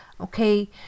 Okay